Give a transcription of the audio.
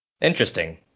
Interesting